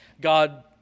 God